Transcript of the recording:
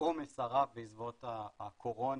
העומס הרב בעקבות הקורונה,